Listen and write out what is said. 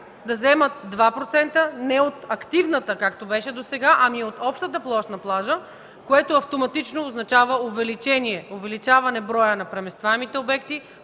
да заемат 2% не от активната както беше досега, а от общата площ на плажа, което автоматично означава увеличаване броя на преместваемите обекти